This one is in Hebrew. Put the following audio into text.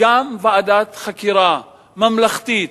גם ועדת חקירה ממלכתית,